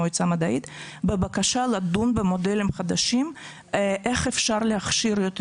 מועצה מדעית בבקשה לדון במודלים חדשים איך אפשר להכשיר יותר